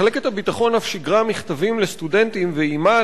מחלקת הביטחון אף שיגרה מכתבים לסטודנטים ואיימה